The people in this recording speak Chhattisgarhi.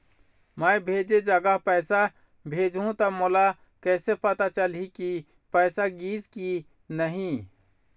मैं भेजे जगह पैसा भेजहूं त मोला कैसे पता चलही की पैसा गिस कि नहीं?